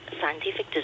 scientific